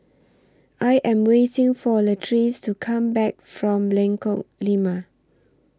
I Am waiting For Latrice to Come Back from Lengkong Lima